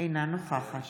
אינה נוכחת